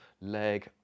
leg